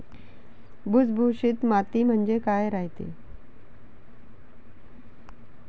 भुसभुशीत माती म्हणजे काय रायते?